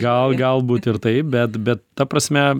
gal galbūt ir taip bet bet ta prasme